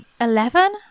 Eleven